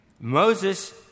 Moses